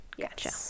Gotcha